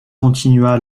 continua